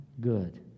good